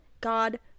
god